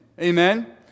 amen